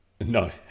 no